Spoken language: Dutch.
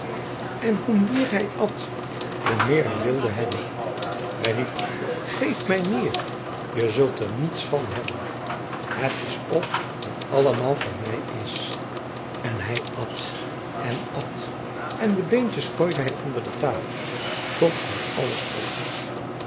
en hoe meer hij at hoe meer hij wilde hebben hij riep geef mij meer je zult er niets van hebben het is of het allemaal van mij is en hij at en at en de beentjes gooide hij onder de tafel tot hij alles op had